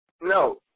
No